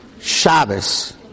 Shabbos